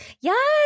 Yes